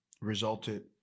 resulted